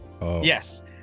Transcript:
yes